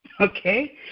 okay